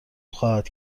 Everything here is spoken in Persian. خواهد